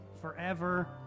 forever